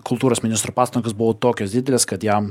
kultūros ministro pastangos buvo tokios didelės kad jam